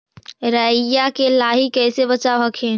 राईया के लाहि कैसे बचाब हखिन?